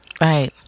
Right